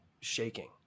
shaking